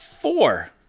four